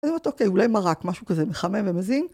זה עוד אוקיי, אולי מרק משהו כזה מחמם ומזין.